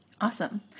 Awesome